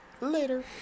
Later